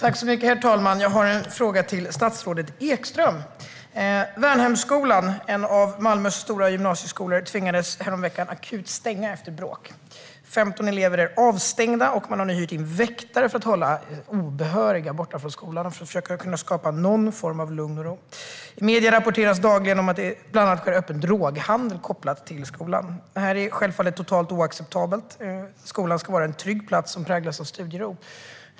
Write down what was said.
Herr talman! Jag har en fråga till statsrådet Ekström. Värnhemsskolan, en av Malmös stora gymnasieskolor, tvingades härom veckan akut stänga efter bråk. Nu är 15 elever avstängda, och man har hyrt in väktare för att hålla obehöriga borta från skolan och försöka skapa någon form av lugn och ro. I medierna rapporteras dagligen om att det bland annat sker öppen droghandel kopplat till skolan. Det här är självfallet totalt oacceptabelt. Skolan ska vara en trygg plats som präglas av studiero.